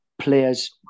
players